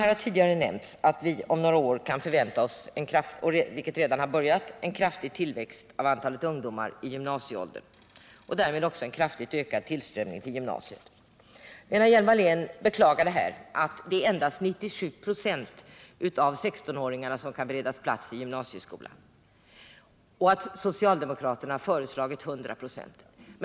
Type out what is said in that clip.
Här har redan nämnts att vi om några år kan räkna med en kraftig tillväxt av antalet ungdomar i gymnasieåldern — den tillväxten har f. ö. redan börjat — och därmed en kraftigt ökad tillströmning till gymnasiet. Lena Hjelm-Wallén beklagade här att endast 97 26 av 16-åringarna kan beredas plats i gymnasieskolan och sade att socialdemokraterna föreslagit att gymnasieskolan skall kunna ta emot 100 26.